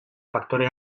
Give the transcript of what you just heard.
faktore